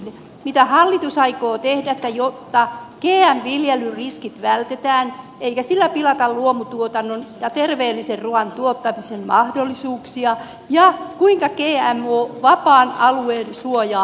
mitä hallitus aikoo tehdä jotta gm viljelyriskit vältetään eikä sillä pilata luomutuotannon ja terveellisen ruuan tuottamisen mahdollisuuksia ja kuinka gmo vapaan alueen suojaa aiotaan parantaa